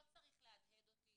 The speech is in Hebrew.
אני ארכז --- לא צריך להדהד אותי